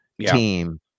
team